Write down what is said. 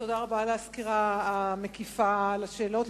תודה רבה על הסקירה המקיפה בתשובות על השאלות,